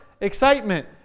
excitement